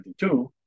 2022